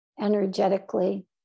energetically